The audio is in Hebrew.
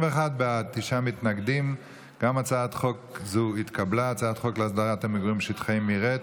ההצעה להעביר את הצעת חוק להסדרת מגורים בשטחי מרעה,